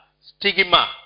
stigma